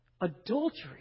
Adultery